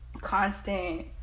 constant